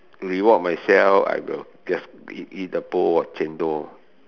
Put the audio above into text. reward myself I will just eat eat a bowl of chendol